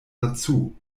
dazu